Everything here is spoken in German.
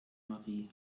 marie